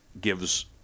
gives